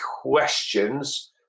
questions